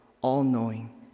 all-knowing